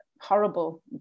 horrible